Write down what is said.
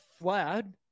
fled